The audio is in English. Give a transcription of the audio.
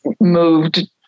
moved